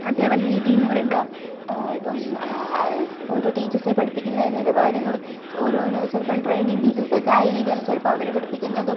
അധ്യാപന രീതി എന്ന് പറയുമ്പം ആ ഇപ്പം ഓരോ ടീച്ചേർസ് പഠിപ്പിക്കുന്നത് നിലവാരങ്ങളും ഓരോന്നും ചിലപ്പം ട്രെയിനിങ് ടീച്ചേഴ്സും ഒക്കെ ആയിരിക്കാം ചിലപ്പം അവർ പഠിപ്പിക്കുന്നതും